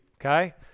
okay